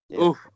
Oof